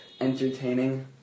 Entertaining